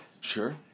Sure